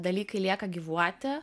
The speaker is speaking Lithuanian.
dalykai lieka gyvuoti